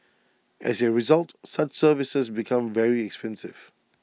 as A result such services become very expensive